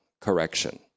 correction